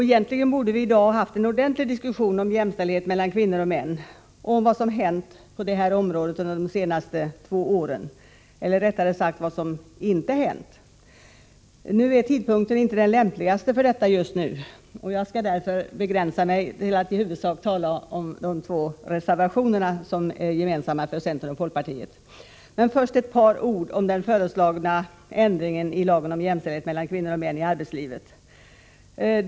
Egentligen borde vi i dag ha haft en ordentlig diskussion om jämställdhet mellan kvinnor och män och om vad som hänt på det här området under de senaste två åren — eller rättare sagt vad som inte hänt. Nu är tidpunkten inte den lämpligaste för detta. Jag skall därför begränsa mig till att i huvudsak tala om de två reservationer som är gemensamma för centern och folkpartiet. Men först ett par ord om de föreslagna ändringarna i lagen om jämställdhet mellan kvinnor och män i arbetslivet.